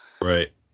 Right